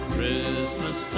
Christmas